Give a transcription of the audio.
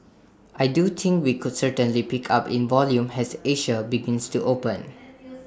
I do think we could certainly pick up in volume has Asia begins to open